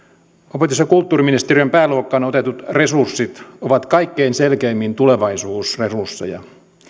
opetus ja kulttuuriministeriön pääluokkaan otetut resurssit ovat kaikkein selkeimmin tulevaisuusresursseja